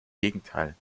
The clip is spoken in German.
gegenteil